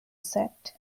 set